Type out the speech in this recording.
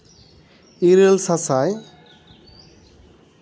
ᱤᱨᱟᱹᱞ ᱥᱟᱼᱥᱟᱭ